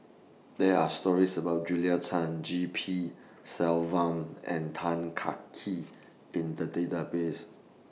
There Are stories about Julia Tan G P Selvam and Tan Kah Kee in The Database